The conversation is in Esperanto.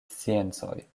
sciencoj